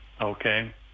Okay